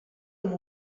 amb